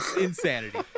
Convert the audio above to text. insanity